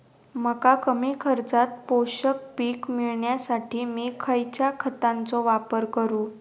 मका कमी खर्चात पोषक पीक मिळण्यासाठी मी खैयच्या खतांचो वापर करू?